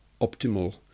optimal